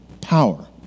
power